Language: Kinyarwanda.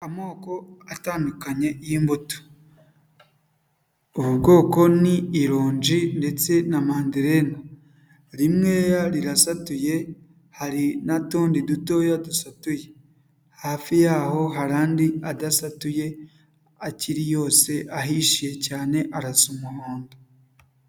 Amoko atandukanye y'imbuto, ubu bwoko ni ironji ndetse na manderena, rimwe rirasatuye hari n'utundi dutoya dusatuye, hafi yaho hari andi adasatuye akiri yose, ahishije cyane arasa umuhondo.